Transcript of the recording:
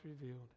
revealed